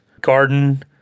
garden